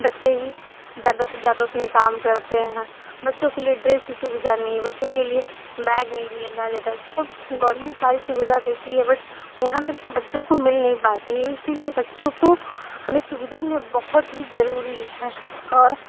बच्चे ही ज़्यादा से ज़्यादा उसमें काम करते हैं बच्चों के लिए ड्रेस कि सुविधा नहीं है बच्चों के लिए बैग नहीं दिया लाया जाता है सब गोवर्मेंट सारी सुविधा देती है बट यहाँ तक तो बच्चों को मिल नहीं पाती है इसलिए बच्चों को हमें सुविधा ने बहुत ही जरूरी है और